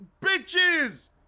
bitches